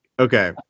Okay